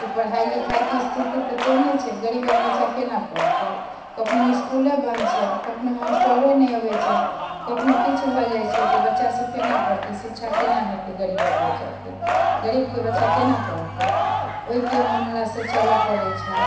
तऽ पढ़ाइ लिखाइके स्थिति तऽ तेहने छै गरीबक बच्चा केना पढ़तै कखनो इसकूले बन्द छै कखनो मास्टरे नहि अबैत छै कखनो किछु भऽ जाइत छै तऽ बच्चासभ केना पढ़तै शिच्छा केना हेतै गरीबक बच्चाके गरीबके बच्चा केना पढ़तै ओहिके मामलासँ चलय पड़ैत छै